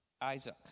Isaac